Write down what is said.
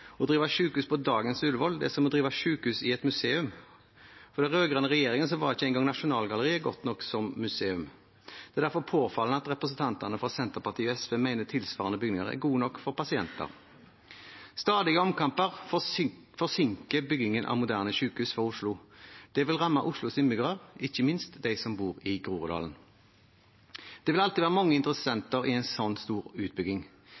Å drive sykehus på dagens Ullevål er som å drive sykehus i et museum. For den rød-grønne regjeringen var ikke engang Nasjonalgalleriet godt nok som museum. Det er derfor påfallende at representantene fra Senterpartiet og SV mener tilsvarende bygninger er gode nok for pasienter. Stadige omkamper forsinker byggingen av moderne sykehus i Oslo. Det vil ramme Oslos innbyggere, ikke minst dem som bor i Groruddalen. Det vil alltid være mange interessenter i en så stor utbygging